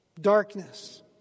darkness